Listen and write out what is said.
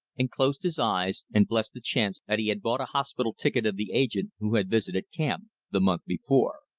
and closed his eyes and blessed the chance that he had bought a hospital ticket of the agent who had visited camp the month before.